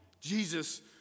Jesus